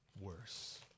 Worse